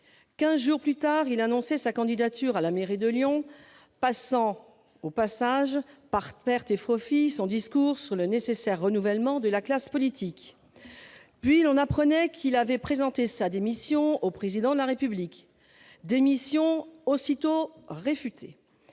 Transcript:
Quinze jours plus tard, il annonçait sa candidature à la mairie de Lyon, passant par pertes et profits son discours sur le nécessaire renouvellement de la classe politique. Puis l'on apprenait qu'il avait présenté sa démission au Président de la République, laquelle avait été